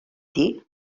dir